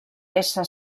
ésser